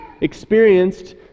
experienced